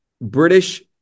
British